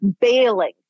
bailing